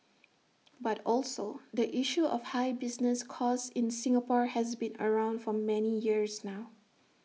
but also the issue of high business costs in Singapore has been around for many years now